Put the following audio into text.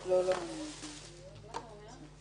יותר מאשר